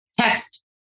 text